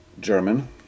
German